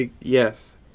Yes